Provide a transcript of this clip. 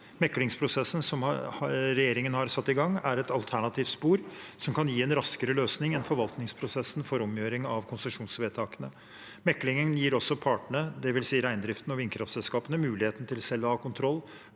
Meklingsprosessen som regjeringen har satt i gang, er et alternativt spor som kan gi en raskere løsning enn forvaltningsprosessen for omgjøring av konsesjonsvedtakene. Meklingen gir også partene, dvs. reindriften og vindkraftselskapene, muligheten til selv å ha kontroll